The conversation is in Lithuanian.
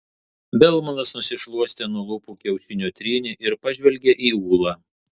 belmanas nusišluostė nuo lūpų kiaušinio trynį ir pažvelgė į ūlą